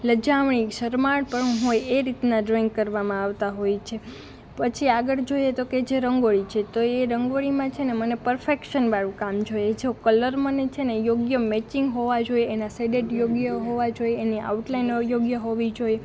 લજામણી શરમાળ પણું હોય એ રીતના ડ્રોઈંગ કરવામાં આવતાં હોય છે પછી આગળ જોઈએ તો કહે જે રંગોળી છે તો એ રંગોળીમાં છે ને મને પરફેક્શનવાળું કામ જોઈએ જો કલર મને છે ને યોગ્ય મેચિંગ હોવા જોઈએ એના સેડેડ યોગ્ય હોવા જોઈએ એની આઉટ લાઇનો યોગ્ય હોવી જોઈએ